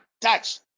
touch